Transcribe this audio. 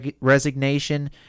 resignation